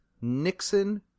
Nixon